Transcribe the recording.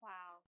Wow